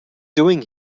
doing